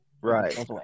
Right